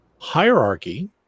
hierarchy